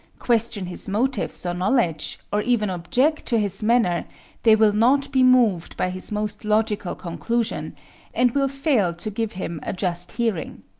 question his motives or knowledge, or even object to his manner they will not be moved by his most logical conclusion and will fail to give him a just hearing.